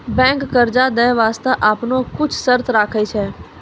बैंकें कर्जा दै बास्ते आपनो कुछ शर्त राखै छै